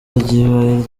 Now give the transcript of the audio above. ribaye